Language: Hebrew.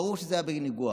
ברור שזה היה בניגוח.